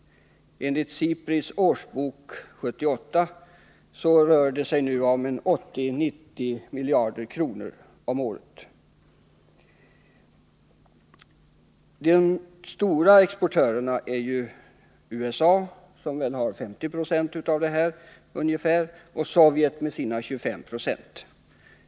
Enligt SIPRI:s årsbok 1978 rör det sig nu om 80-90 miljarder kronor om året. De stora exportörerna är USA, som har ungefär 50 90 av denna handel, och Sovjetunionen, som har 25 90.